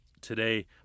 today